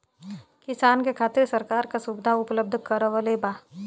किसान के खातिर सरकार का सुविधा उपलब्ध करवले बा?